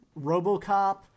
RoboCop